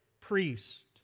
priest